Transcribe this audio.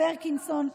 פרקינסון,